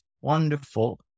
wonderful